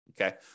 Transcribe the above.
Okay